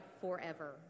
forever